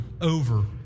over